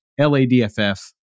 LADFF